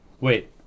Wait